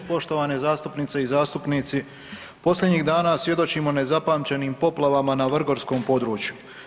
Poštovane zastupnice i zastupnici, posljednjih dana svjedočimo nezapamćenim poplavama na vrgorskom području.